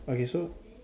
okay so